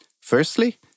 Firstly